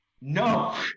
No